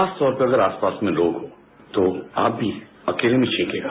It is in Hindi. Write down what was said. खासतौर पर जब आसपास लोग हों तो आप भी अकेले में छींकीएगा